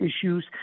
issues